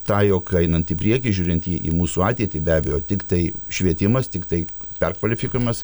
ta jog einant į priekį žiūrint į į mūsų ateitį be abejo tiktai švietimas tiktai perkvalifikavimas